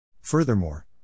Furthermore